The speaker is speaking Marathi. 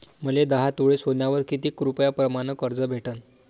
मले दहा तोळे सोन्यावर कितीक रुपया प्रमाण कर्ज भेटन?